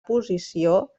posició